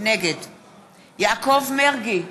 נגד יעקב מרגי,